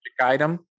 item